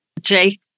Jake